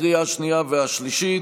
לקריאה השנייה והשלישית,